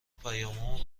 پیامو